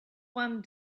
one